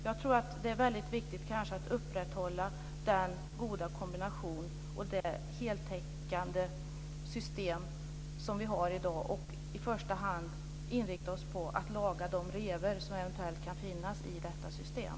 Jag tror att det är väldigt viktigt att upprätthålla den goda kombination och det heltäckande system vi har i dag och i första hand inrikta oss på att laga de revor som eventuellt kan finnas i detta system.